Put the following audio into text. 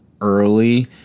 early